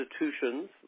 institutions